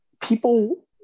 People